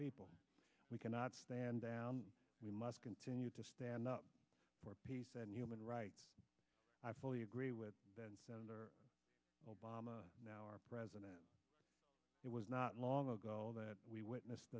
people we cannot stand down we must continue to stand up for peace and human rights i fully agree with that obama now our president it was not long ago that we witnessed